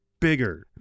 bigger